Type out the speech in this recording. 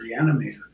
Reanimator